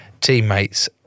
teammates